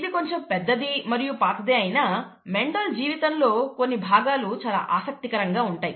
ఇది కొంచెం పెద్దది మరియు పాతదే అయినా మెండల్ జీవితంలో కొన్ని భాగాలు చాలా ఆసక్తికరంగా ఉంటాయి